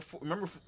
remember